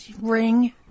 ring